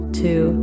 two